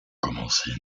commencer